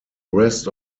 rest